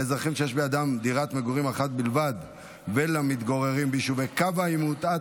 לאזרחים שיש בידם דירת מגורים אחת בלבד ולמתגוררים ביישובי קו העימות,